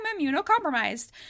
immunocompromised